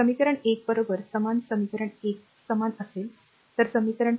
समीकरण १ बरोबर समान समीकरण १ समान असेल तर समीकरण